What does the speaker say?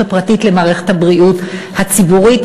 הפרטית ביחס למערכת הבריאות הציבורית,